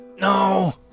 No